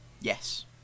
Yes